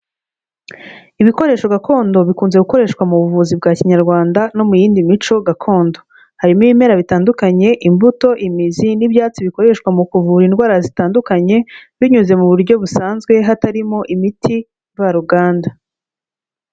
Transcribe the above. Ibikoresho gakondo bikunze gukoreshwa mu buvuzi bwa kinyarwanda no mu yindi mico gakondo, harimo ibimera bitandukanye, imbuto, imizi n'ibyatsi bikoreshwa mu kuvura indwara zitandukanye binyuze mu buryo busanzwe hatarimo imiti mvaruganda.